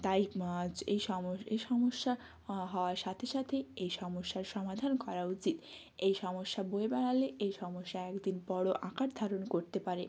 তাই এই য এই সমস্যা হওয়ার সাথে সাথে এই সমস্যার সমাধান করা উচিত এই সমস্যা বয়ে বেড়ালে এই সমস্যা একদিন বড় আকার ধারণ করতে পারে